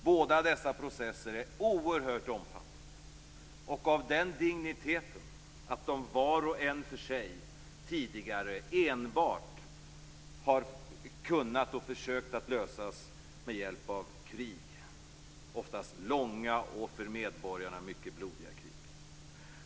Båda dessa processer är oerhört omfattande och av den digniteten att de var och en för sig tidigare enbart har försökt lösas med hjälp av krig, oftast långa och för medborgarna mycket blodiga krig.